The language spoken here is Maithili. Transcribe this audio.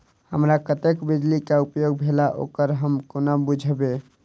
हमरा कत्तेक बिजली कऽ उपयोग भेल ओकर हम कोना बुझबै?